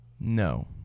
No